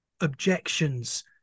objections